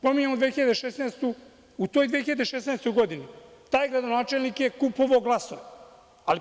Pominjemo 2016. godinu, u toj 2016. godini taj gradonačelnik je kupovao glasove.